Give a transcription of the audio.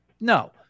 No